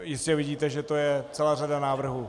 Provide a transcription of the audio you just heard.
Jistě vidíte, že je celá řada návrhů.